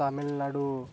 Tamil Nadu